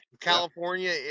California